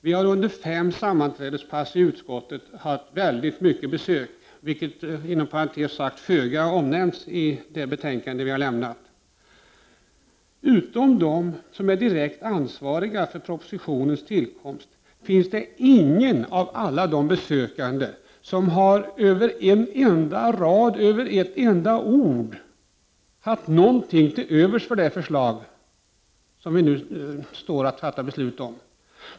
Vi har under fem sammanträdespass i utskottet haft många besök — vilket inom parentes sagt föga omnämns i det betänkande vi har lämnat — men utom de direkt ansvariga för propositionens tillkomst finns det ingen av alla de besökande som haft en enda rad, ett enda ord till övers för det förslag som vi nu står att fatta beslut om.